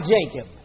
Jacob